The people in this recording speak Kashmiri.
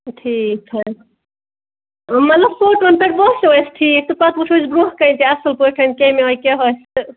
ٹھیٖک حظ مطلب فوٹوَن پٮ۪ٹھ باسٮ۪و اَسہِ ٹھیٖک تہٕ پَتہٕ وُچھو أسۍ برونٛٹھٕ کَنہِ تہِ اَصٕل پٲٹھۍ کَمہِ آیہِ کیٛاہ آسہِ تہٕ